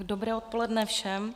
Dobré odpoledne všem.